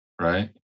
Right